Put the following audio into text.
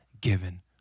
given